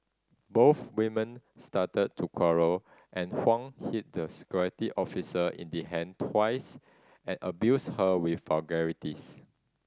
both women started to quarrel and Huang hit the security officer in the hand twice and abused her with vulgarities